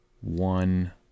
One